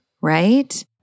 right